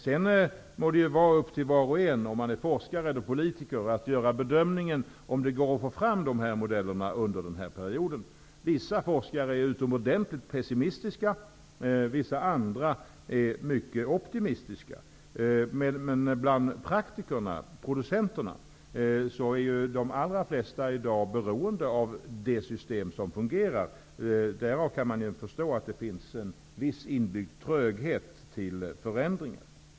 Det må vara upp till var och en, om man är forskare eller politiker, att göra bedömningen om det går att få fram modellerna under perioden. Vissa forskare är utomordentligt pessimistiska, och andra är mycket optimistiska. Bland praktikerna, producenterna, är de allra flesta i dag beroende av det system som fungerar. Därav kan man förstå att det finns en viss inbyggd tröghet inför förändringen.